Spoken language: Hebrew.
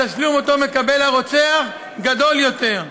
התשלום שמקבל הרוצח גדול יותר.